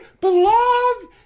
belong